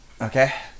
Okay